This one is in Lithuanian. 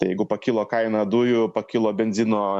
tai jeigu pakilo kaina dujų pakilo benzino